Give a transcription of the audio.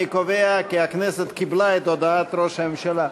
אני קובע כי הכנסת קיבלה את הודעת ראש הממשלה.